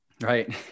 Right